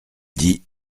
dit